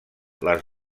les